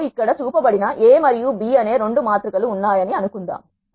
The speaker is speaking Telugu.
మనకు ఇక్కడ చూపబడిన A మరియు B అనే రెండు మాతృ కలు ఉన్నాయని అనుకుందాం